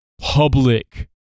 public